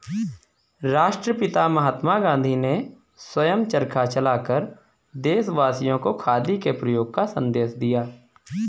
राष्ट्रपिता महात्मा गांधी ने स्वयं चरखा चलाकर देशवासियों को खादी के प्रयोग का संदेश दिया